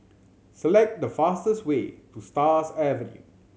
select the fastest way to Stars Avenue